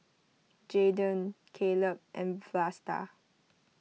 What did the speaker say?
Jaydon Caleb and Vlasta